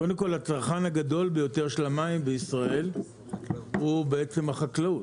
קודם כל הצרכן הגדול ביותר של המים בישראל הוא בעצם החקלאות,